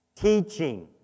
teaching